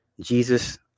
Jesus